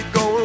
go